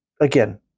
again